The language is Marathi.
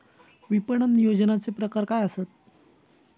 विपणन नियोजनाचे प्रकार काय आसत?